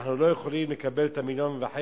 אנחנו לא יכולים לקבל את מיליון וחצי